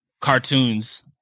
cartoons